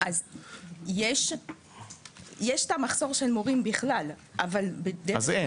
יש מחסור של מורים בכלל --- אז אין?